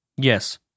Yes